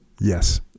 Yes